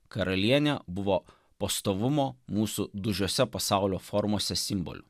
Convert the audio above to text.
karalienė buvo pastovumo mūsų dužiosia pasaulio formose simboliu